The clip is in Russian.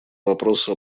вопроса